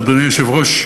אדוני היושב-ראש,